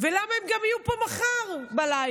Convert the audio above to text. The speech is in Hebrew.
ולמה הם גם יהיו פה מחר בלילה,